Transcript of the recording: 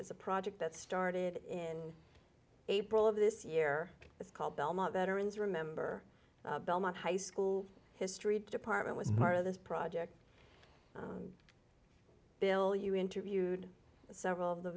is a project that started in april of this year it's called belmont veterans remember belmont high school history department meyer this project bill you interviewed several of the